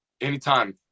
anytime